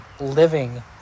living